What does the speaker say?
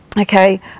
okay